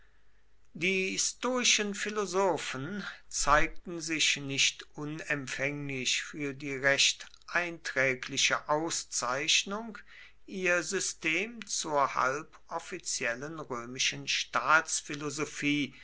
die stoischen philosophen zeigten sich nicht unempfänglich für die recht einträgliche auszeichnung ihr system zur halboffiziellen römischen